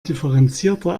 differenzierter